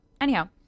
anyhow